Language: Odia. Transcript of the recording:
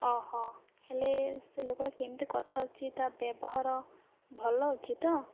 ଅହ ହେଲେ ସେ ଲୋକଟା କେମିତି କଥା ହେଉଛି ତା' ବ୍ୟବହାର ଭଲ ଅଛି ତ